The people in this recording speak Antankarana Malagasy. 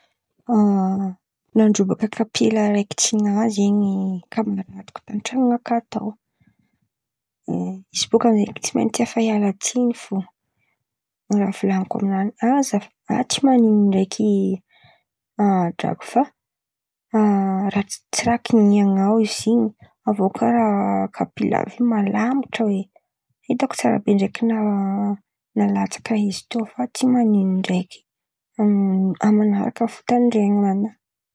Nandrobaka kapila araiky tsy n̈ahy zen̈y kamaridiko t'antan̈iko tao. Izy baka tsy maintsy efa hialà tsin̈y fo. Raha volan̈iko amin̈any ah! Tsy man̈ino ndraiky drako fa tsy raha kin̈ian̈ao izy in̈y avô kà kapila àby in̈y malamatra oe. Hitako tsara be ndraiky nahalatsaka izy teo fa tsy man̈ino ndraiky amin̈'ny manaraka feky tandrema.